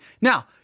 Now